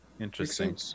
Interesting